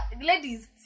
ladies